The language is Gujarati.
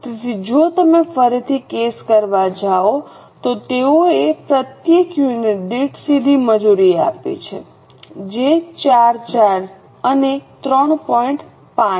તેથી જો તમે ફરીથી કેસ કરવા જાઓ તો તેઓએ પ્રત્યેક યુનિટ દીઠ સીધી મજૂરી આપી છે જે 4 4 અને 3